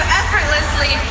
effortlessly